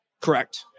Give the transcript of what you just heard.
Correct